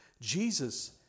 Jesus